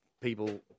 people